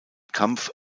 kampf